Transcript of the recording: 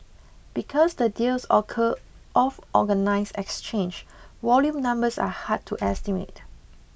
because the deals occur off organised exchange volume numbers are hard to estimate